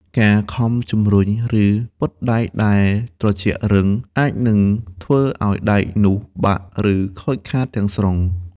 ការខំជម្រុញ ឬពត់ដែកដែលត្រជាក់រឹង អាចនឹងធ្វើឱ្យដែកនោះបាក់ ឬខូចខាតទាំងស្រុង។